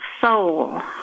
soul